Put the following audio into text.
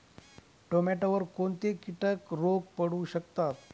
टोमॅटोवर कोणते किटक रोग पडू शकतात?